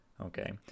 Okay